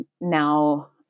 now